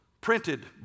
printed